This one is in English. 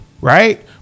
right